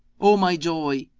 o my joy,